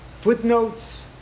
footnotes